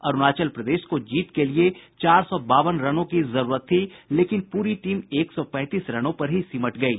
अरूणाचल प्रदेश को जीत के लिए चार सौ बावन रनों की जरूरत थी लेकिन प्री टीम एक सौ पैंतीस रनों पर ही सिमट गयी